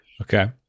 Okay